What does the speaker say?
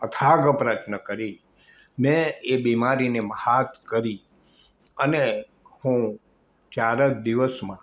અથાગ પ્રયત્ન કરી મેં એ બીમારીને મહાત કરી અને હું ચાર જ દિવસમાં